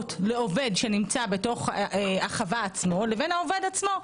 הוראות שנמצא בתוך החווה עצמה ובין העובד עצמו?